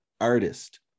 artist